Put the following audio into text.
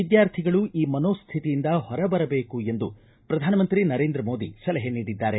ವಿದ್ವಾರ್ಥಿಗಳು ಈ ಮನೋಶ್ವಿತಿಯಿಂದ ಹೊರಬರಬೇಕು ಎಂದು ಪ್ರಧಾನಮಂತ್ರಿ ನರೇಂದ್ರ ಮೋದಿ ಸಲಹೆ ನೀಡಿದ್ದಾರೆ